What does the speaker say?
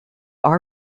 are